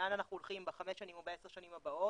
לאן אנחנו הולכים בחמש השנים או בעשר השנים הבאות.